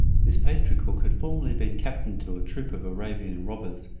this pastry-cook had formerly been captain to a troop of arabian robbers,